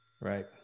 Right